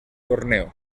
torneo